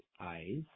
eyes